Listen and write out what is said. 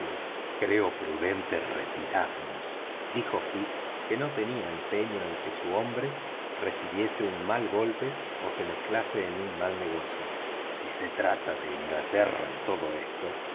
creo prudente retirarnos dijo fix que no tenía empeño en que su hombre recibiese un mal golpe o se mezclase en un mal negocio si se trata en todo esto